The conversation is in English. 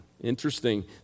Interesting